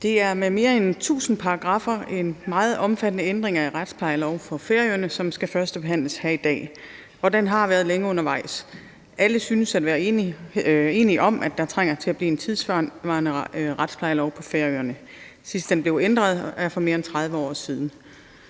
Det er med mere end 1.000 paragraffer en meget omfattende ændring af retsplejelov for Færøerne, som skal førstebehandles her i dag. Og den har været længe undervejs. Alle synes at være enige om, at der trænger til at komme en tidssvarende retsplejelov på Færøerne. Sidst den blev ændret, er mere end 30 år siden.